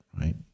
right